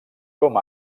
com